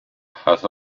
has